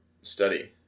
study